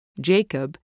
Jacob